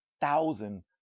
thousand